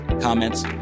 comments